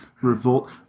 revolt